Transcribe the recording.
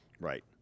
Right